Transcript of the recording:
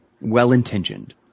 well-intentioned